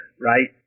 right